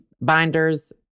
binders